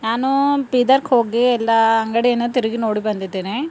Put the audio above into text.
ನಾನು ಬೀದರ್ಗೆ ಹೋಗಿ ಎಲ್ಲ ಅಂಗಡಿಯನ್ನು ತಿರುಗಿ ನೋಡಿ ಬಂದಿದ್ದೇನೆ